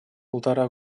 полтора